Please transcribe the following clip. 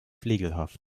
flegelhaft